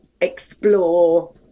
explore